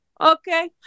Okay